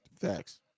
Facts